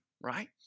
right